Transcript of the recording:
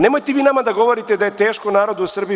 Nemojte vi nama da govorite da je teško narodu u Srbiji.